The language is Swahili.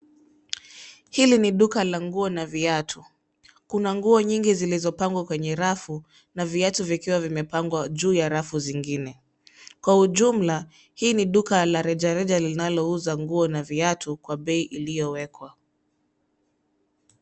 Hili ni duka la nguo na viatu. Kuna nguo nyingi zilizopangwa kwenye rafu na viatu vikiwa vimepangwa juu ya rafu zingine. Kwa ujumla, hii ni duka la rejareja linalouza nguo na viatu kwa bei iliyowekwa.